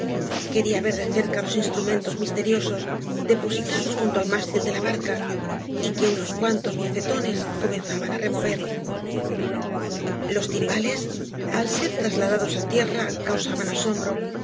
quería ver de cerca ios instrumentos misteriosos depositados junto ai mástil de la barca y que unos cuantos mocetones comenzaban á remover los timbales ai ser trasla v blasoo ibáñbü dadoe á tierra caueaban asombro